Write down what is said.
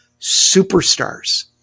superstars